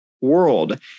world